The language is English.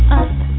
up